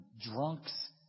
drunks